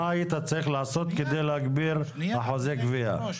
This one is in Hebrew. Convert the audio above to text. מה היית צריך לעשות כדי להגביר את אחוזי הגבייה?